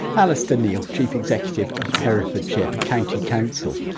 whitealistair neil, chief executive of herefordshire county council.